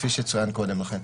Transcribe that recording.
כפי שצוין קודם לכן.